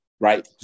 Right